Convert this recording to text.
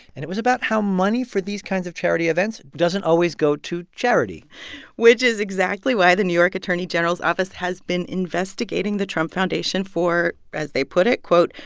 and it was about how money for these kinds of charity events doesn't always go to charity which is exactly why the new york attorney general's office has been investigating the trump foundation for, as they put it, quote,